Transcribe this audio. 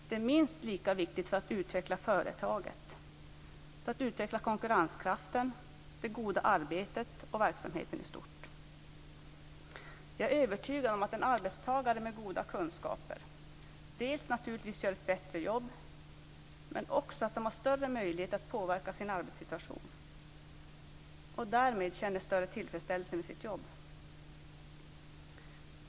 Det är minst lika viktigt för att utveckla företaget; för att utveckla konkurrenskraften, det goda arbetet och verksamheten i stort. Jag är övertygad om att en arbetstagare med goda kunskaper dels, naturligtvis, gör ett bättre jobb, dels också har större möjlighet att påverka sin arbetssituation och därmed känna större tillfredsställelse med sitt jobb.